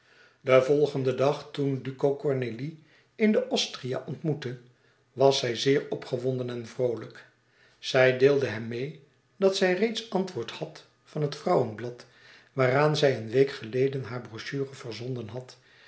den volgenden dag toen duco cornélie in de osteria ontmoette was zij zeer opgewonden en vroolijk zij deelde hem meê dat zij reeds antwoord had van het vrouwenblad waaraan zij een week geleden hare brochure verzonden had